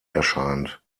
erscheint